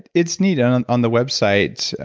it's neat. on on the website,